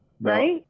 Right